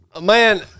man